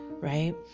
right